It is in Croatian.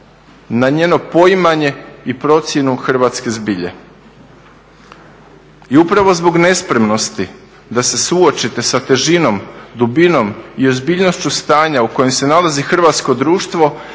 na njeno poimanje i procjenu hrvatske zbilje. I upravo zbog nespremnosti da se suočite sa težinom, dubinom i ozbiljnošću stanja u kojem se nalazi hrvatsko društvo,